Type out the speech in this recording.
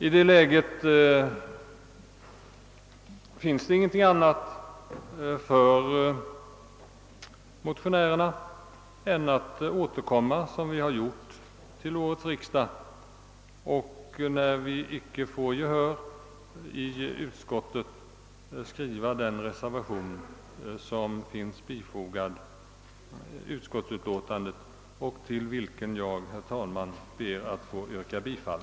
I det läget har det inte funnits något annat för motionärerna att göra än att återkomma i ärendet till årets riksdag och, när vi icke fått gehör i utskottet, att skriva den reservation som finns fogad till utskottsutlåtandet och till vilken jag, herr talman, ber att få yrka bifall.